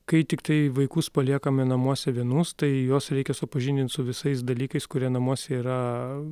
kai tiktai vaikus paliekame namuose vienus tai juos reikia supažindint su visais dalykais kurie namuose yra